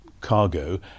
cargo